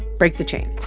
break the chain.